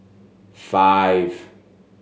five